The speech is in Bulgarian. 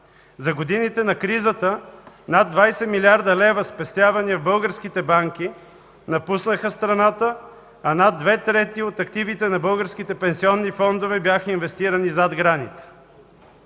За годините на кризата над 20 млрд. лв. спестявания в българските банки напуснаха страната, а над две трети от активите на българските пенсионни фондове бяха инвестирани зад граница.